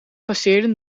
passeerden